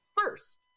first